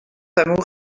amour